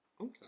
Okay